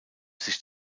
sich